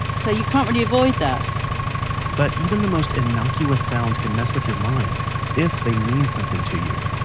so, you can't really avoid that but, even the most innocuous sounds can mess with your mind if they mean something to you.